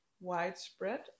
widespread